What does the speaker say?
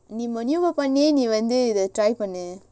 நீவந்துஇதை:nee vandhu idha drive பண்ணு:pannu